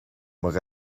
mac